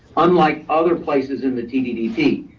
unlike other places in the tddp.